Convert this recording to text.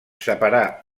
separà